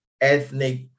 ethnic